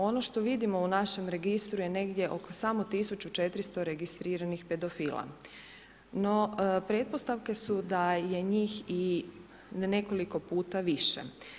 Ono što vidimo u našem registru je negdje oko samo 1400 registriranih pedofila, no pretpostavke su da je njih i nekoliko puta više.